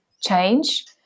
change